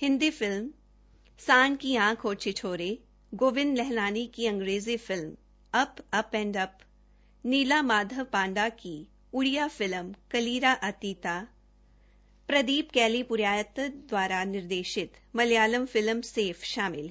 Hindi film Saand Ki Aankh और छिछोरे गोविंद नहलानी की अंग्रेजी film Up and Up Neela Madhav film प्रवास संस्कृत फिल्म नमो औश्र प्रदीप कैली पूरायत द्वारा निर्देशित मलयालम फिल्म सेफ शामिल है